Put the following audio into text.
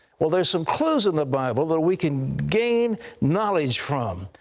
well, there are some clues in the bible that we can gain knowledge from.